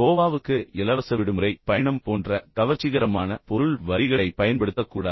கோவாவுக்கு இலவச விடுமுறை பயணம் போன்ற கவர்ச்சிகரமான பொருள் வரிகளைப் பயன்படுத்தக்கூடாது